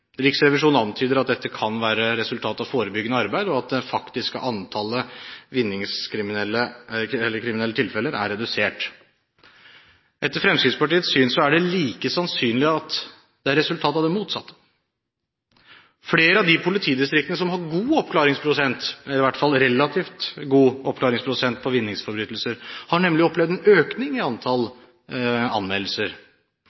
Riksrevisjonen antyder at dette kan være et resultat av forebyggende arbeid, og at det faktiske antallet vinningskriminelle tilfeller er redusert. Etter Fremskrittspartiets syn er det like sannsynlig at det er et resultat av det motsatte. Flere av de politidistriktene som har en god oppklaringsprosent, eller i hvert fall en relativt god oppklaringsprosent på vinningsforbrytelser, har nemlig opplevd en økning i